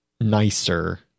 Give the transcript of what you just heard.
nicer